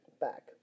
back